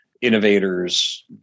innovators